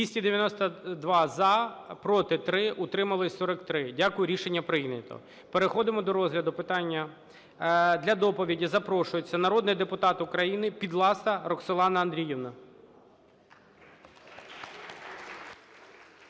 292 – за, проти – 3, утримались – 43. Дякую. Рішення прийнято. Переходимо до розгляду питання. Для доповіді запрошується народний депутат України Підласа Роксолана Андріївна.